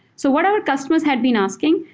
so what our customers had been asking,